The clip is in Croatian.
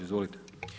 Izvolite.